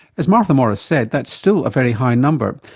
as martha morris said, that's still a very high number,